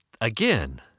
again